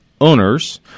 owners